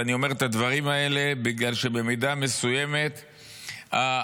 ואני אומר את הדברים האלה בגלל שבמידה מסוימת האנטישמיות